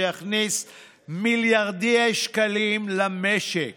שיכניס מיליארדי שקלים למשק